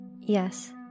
Yes